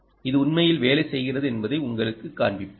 இது உண்மையில் வேலை செய்கிறது என்பதை உங்களுக்குக் காண்பிப்பேன்